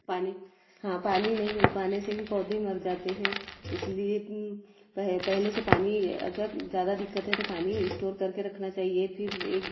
पानी हाँ पानी नहीं मिल पाने से भी पौधे मर जाते हैं इसलिए पेह पहले से पानी अगर ज़्यादा दिक्कत है तो पानी स्टोर करके रखना चाहिए फिर एग